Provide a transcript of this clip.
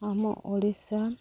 ଆମ ଓଡ଼ିଶା